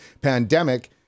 pandemic